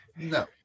no